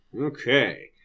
Okay